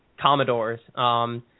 Commodores